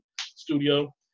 studio